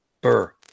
Burr